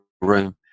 room